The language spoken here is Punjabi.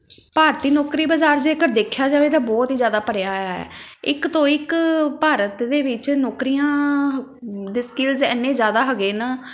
ਭਾਰਤੀ ਨੌਕਰੀ ਬਜ਼ਾਰ ਜੇਕਰ ਦੇਖਿਆ ਜਾਵੇ ਤਾਂ ਬਹੁਤ ਹੀ ਜ਼ਿਆਦਾ ਭਰਿਆ ਹੋਇਆ ਹੈ ਇੱਕ ਤੋਂ ਇੱਕ ਭਾਰਤ ਦੇ ਵਿੱਚ ਨੌਕਰੀਆਂ ਦੇ ਸਕਿੱਲਸ ਐਨੇ ਜ਼ਿਆਦਾ ਹੈਗੇ ਨਾ